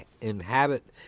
inhabit